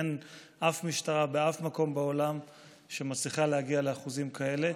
אין אף משטרה באף מקום בעולם שמצליחה להגיע לאחוזים כאלה,